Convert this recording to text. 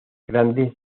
grandes